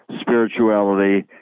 spirituality